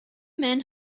men